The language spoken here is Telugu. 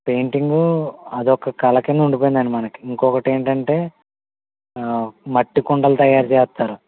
పెయింటింగు అది ఒక కళ కింద ఉండిపోయిందండి మనకి ఇంకొకటి ఏంటంటే మట్టి కుండలు తయారు చేస్తారు